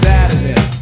Saturday